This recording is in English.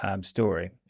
story